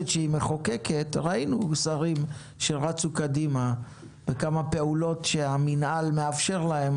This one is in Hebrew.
ראינו שרים שרצו קדימה בכמה פעולות שהמינהל מאפשר להם,